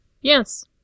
Yes